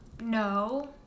No